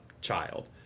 child